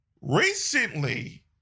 Recently